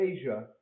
Asia